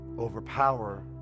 overpower